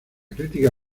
crítica